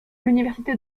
l’université